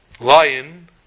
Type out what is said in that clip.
lion